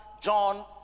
John